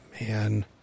man